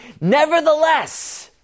nevertheless